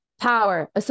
power